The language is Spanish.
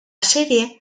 serie